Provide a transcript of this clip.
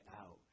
out